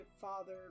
father